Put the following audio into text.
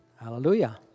Hallelujah